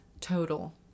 total